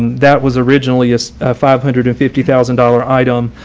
that was originally a five hundred and fifty thousand dollars item.